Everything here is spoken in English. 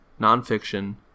nonfiction